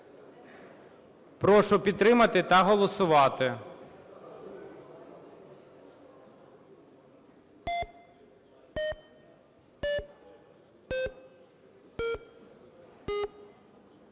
Прошу підтримати та голосувати.